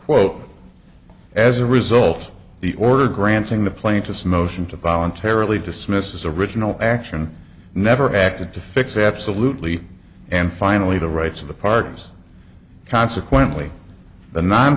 quote as a result the order granting the plaintiff motion to voluntarily dismissed as original action never acted to fix absolutely and finally the rights of the partners consequently the non